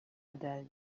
adele